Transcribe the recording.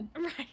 right